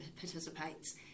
participates